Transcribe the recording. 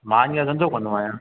मां हीअंर धंधो कंदो आहियां